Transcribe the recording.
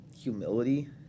Humility